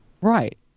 Right